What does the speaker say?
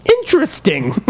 interesting